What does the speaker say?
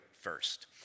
first